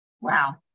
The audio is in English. Wow